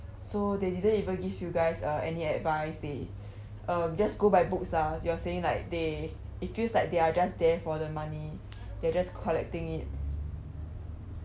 so they didn't even give you guys uh any advice they uh just go by books lah you're saying like they it feels like they are just there for the money they're just collecting it